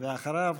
ואחריו,